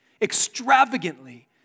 extravagantly